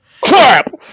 Clap